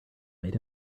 made